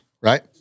right